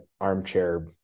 armchair